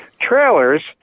trailers